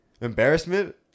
embarrassment